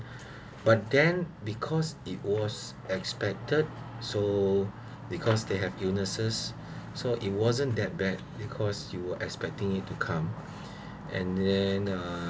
but then because it was expected so because they have illnesses so it wasn't that bad because you were expecting it to come and then uh